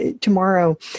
tomorrow